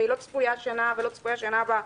והיא לא צפויה השנה ולא צפויה בשנה הבאה,